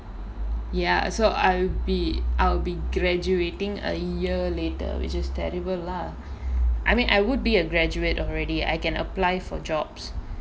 ya so I'll be I'll be graduating a year later which is terrible lah I mean I would be a graduate already I can apply for jobs